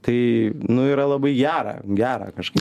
tai nu yra labai gera gera kažkaip